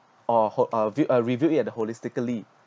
or ho~ uh view uh reviewed it at the holistically